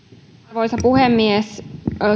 arvoisa puhemies